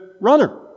runner